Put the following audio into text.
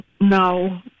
no